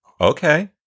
Okay